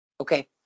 Okay